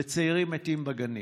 וצעירים מתים בגנים.